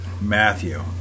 Matthew